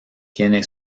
tiene